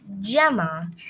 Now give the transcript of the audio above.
Gemma